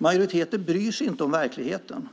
Majoriteten bryr sig inte om verkligheten.